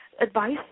advice